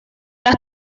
las